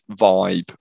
vibe